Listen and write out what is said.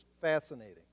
fascinating